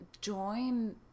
join